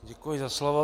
Děkuji za slovo.